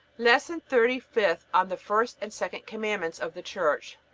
lesson thirty-fifth on the first and second commandments of the church